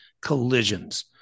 collisions